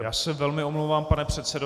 Já se velmi omlouvám, pane předsedo.